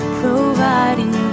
providing